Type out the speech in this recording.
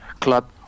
club